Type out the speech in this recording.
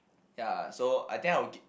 ya so I think I will g~